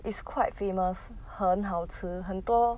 it's quite famous 很好吃很多